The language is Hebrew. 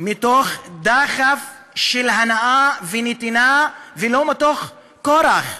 מתוך דחף של הנאה ונתינה ולא מתוך כורח,